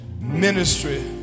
ministry